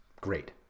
great